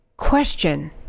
question